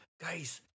guys